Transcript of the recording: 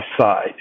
side